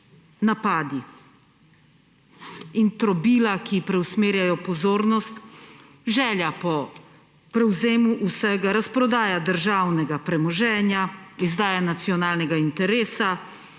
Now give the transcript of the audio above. napadi. In trobila, ki preusmerjajo pozornost, želja po prevzemu vsega, razprodaja državnega premoženja, izdaja nacionalnega interesa,